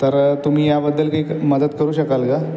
तर तुम्ही याबद्दल काही क् मदत करू शकाल का